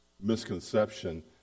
misconception